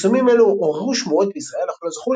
פרסומים אלו עוררו שמועות בישראל אך לא זכו